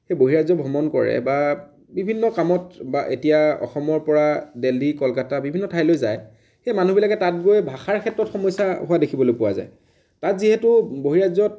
সেই বহিৰাজ্য ভ্ৰমণ কৰে বা বিভিন্ন কামত বা এতিয়া অসমৰ পৰা দেল্হী কলকাতা বিভিন্ন ঠাইলৈ যায় সেই মানুহবিলাকে তাত গৈ ভাষাৰ ক্ষেত্ৰত সমস্য়া হোৱা দেখিবলৈ পোৱা যায় তাত যিহেতু বহিৰাজ্যত